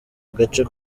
gace